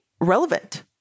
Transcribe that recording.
relevant